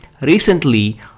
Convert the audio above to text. Recently